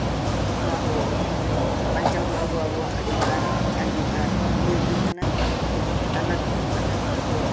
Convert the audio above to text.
ᱱᱚᱣᱟ ᱠᱚ ᱵᱟᱧᱪᱟᱣ ᱫᱚᱦᱚ ᱫᱚ ᱟᱵᱚᱣᱟᱜ ᱟᱹᱰᱤ ᱢᱟᱨᱟᱝ ᱟᱹᱜᱤᱵᱷᱟᱨ ᱫᱟᱹᱭᱠᱟᱹ ᱠᱟᱱᱟ ᱟᱨ ᱞᱟᱹᱠᱛᱤ ᱦᱚᱸ ᱠᱟᱱᱟ